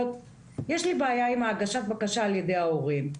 יש לי בעיה עם הגשת הבקשה על ידי ההורים.